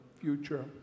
future